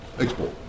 export